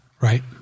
Right